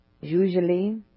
Usually